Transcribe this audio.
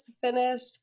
finished